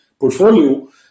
portfolio